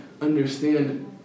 understand